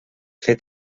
fer